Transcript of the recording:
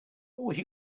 wish